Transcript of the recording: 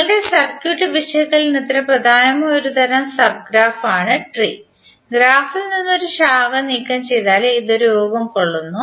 നിങ്ങളുടെ സർക്യൂട്ട് വിശകലനത്തിന് പ്രധാനമായ ഒരു തരം സബ് ഗ്രാഫാണ് ട്രീ ഗ്രാഫിൽ നിന്ന് ഒരു ശാഖ നീക്കം ചെയ്താൽ ഇത് രൂപം കൊള്ളുന്നു